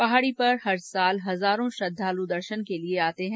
पहाड़ी पर हर वर्ष हजारों श्रद्वाल् दर्शन के लिए जाते हैं